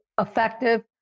effective